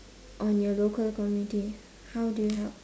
on your local community how do you help